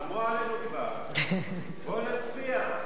תרחמו עלינו כבר, בואו נצביע.